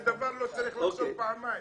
זה דבר שלא צריך לחשוב עליו פעמיים.